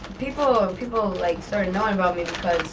people ah people like sorta know about me